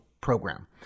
program